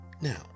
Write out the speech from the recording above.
now